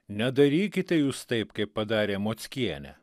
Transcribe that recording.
nedarykite jūs taip kaip padarė mockienė